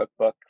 cookbooks